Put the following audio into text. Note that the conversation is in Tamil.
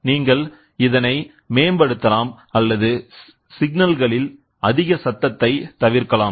நீங்கள் இதனை மேம்படுத்தலாம் அல்லது சிக்னல்களில் அதிக சத்தத்தை தவிர்க்கலாம்